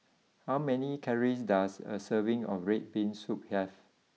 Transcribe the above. how many calories does a serving of Red Bean Soup have